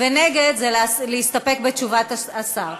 ונגד זה להסתפק בתשובת השר.